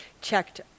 checked